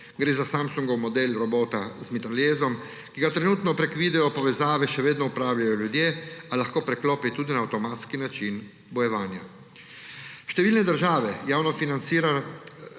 Gre za Samsungov model robota z mitraljezom, ki ga trenutno preko video povezave še vedno upravljajo ljudje, a lahko preklopi tudi na avtomatski način bojevanja. Številne države, javno financirana